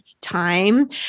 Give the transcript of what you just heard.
time